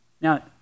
Now